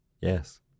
Yes